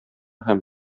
һәм